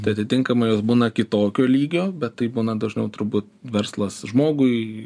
tai atitinkamai jos būna kitokio lygio bet tai būna dažniau turbūt verslas žmogui